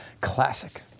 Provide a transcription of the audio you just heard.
Classic